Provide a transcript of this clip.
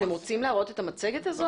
אתם רוצים להראות את המצגת הזאת?